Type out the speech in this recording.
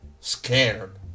scared